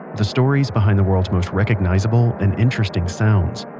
the stories behind the world's most recognizable and interesting sounds.